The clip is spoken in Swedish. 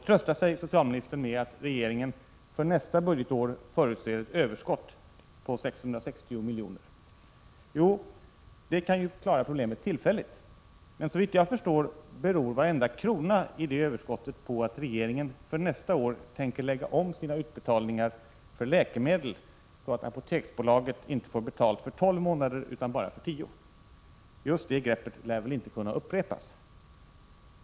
Socialministern tröstar sig med att regeringen för nästa budgetår förutser ett överskott på 660 milj.kr. Ja, det kan klara av problemet tillfälligt, men såvitt jag förstår beror varenda krona i det överskottet på att regeringen för nästa år tänker lägga om sina utbetalningar för läkemedel så att Apoteksbolaget inte får betalt för 12 månader utan bara för 10. Just det greppet lär inte kunna upprepas.